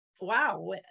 Wow